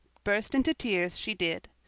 burst into tears she did.